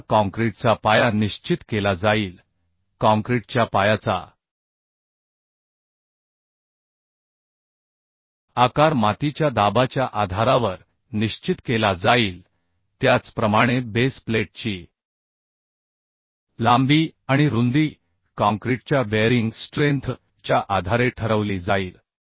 आता काँक्रीटचा पाया निश्चित केला जाईल काँक्रीटच्या पायाचा आकार मातीच्या दाबाच्या आधारावर निश्चित केला जाईल त्याचप्रमाणे बेस प्लेटची लांबी आणि रुंदी काँक्रीटच्या बेअरिंग स्ट्रेंथ च्या आधारे ठरवली जाईल